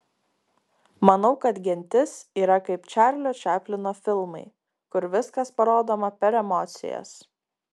manau kad gentis yra kaip čarlio čaplino filmai kur viskas parodoma per emocijas